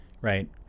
right